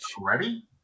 ready